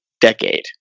decade